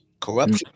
Corruption